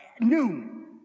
noon